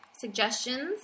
suggestions